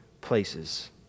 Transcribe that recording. places